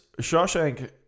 Shawshank